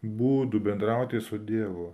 būdų bendrauti su dievu